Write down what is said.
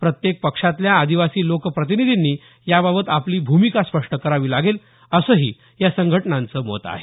प्रत्येक पक्षातल्या आदिवासी लोकप्रतिनीधींनी याबाबत आपली भूमिका स्पष्ट करावी लागेल असंही या संघटनांचं मत आहे